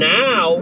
now